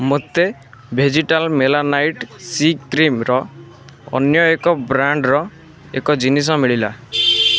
ମୋତେ vegetal melanite C କ୍ରିମ୍ର ଅନ୍ୟ ଏକ ବ୍ରାଣ୍ଡ୍ର ଏକ ଜିନିଷ ମିଳିଲା